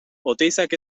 oteizak